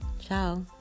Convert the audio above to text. Ciao